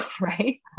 right